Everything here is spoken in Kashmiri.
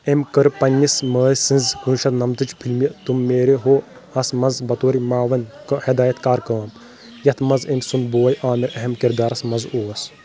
أمۍ کٔر پنٛنِس مٲلۍ سٕنٛزِ کُنہٕ وُہ شَتھ نَمَتھ چہِ فِلمہِ تُم میرے ہو ہس منٛز بطور معاون ہِدایت کار کٲم ، یتھ منٛز أمہِ سُنٛد بویہ عامِر اہم کِردارس منٛز اوس